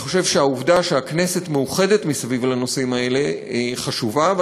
אני חושב שהעובדה שהכנסת מאוחדת סביב הנושאים האלה חשובה,